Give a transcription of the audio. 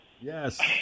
Yes